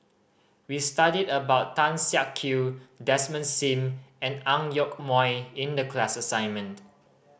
we studied about Tan Siak Kew Desmond Sim and Ang Yoke Mooi in the class assignment